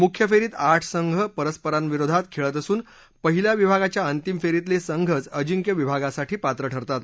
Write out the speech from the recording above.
मुख्य फेरीत आठ संघ परस्परांविरोधात खेळत असून पहिल्या विभागाच्या अंतिम फेरीतले संघच अजिंक्य विभागासाठी पात्र ठरतात